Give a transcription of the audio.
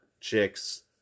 chicks